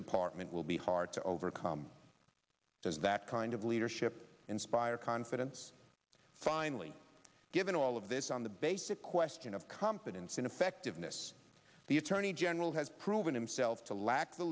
department will be hard to overcome does that kind of leadership inspire confidence finally given all of this on the basic question of competence and effectiveness the attorney general has proven himself to lack the